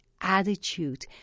attitude